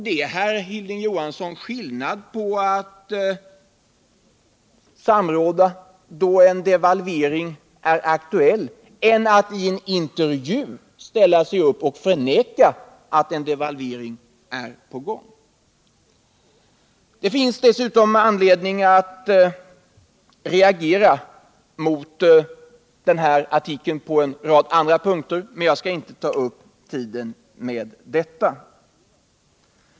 Det är, herr Hilding Johansson, skillnad på att samråda då en devalvering är aktuell och att i en intervju förneka att en devalvering är på gång! Det finns dessutom anledning att reagera mot den här artikeln på en rad andra punkter, men jag skall inte ta upp tiden med detta.